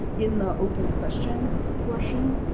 in the open question portion,